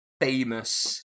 famous